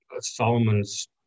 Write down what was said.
Solomon's